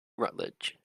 rutledge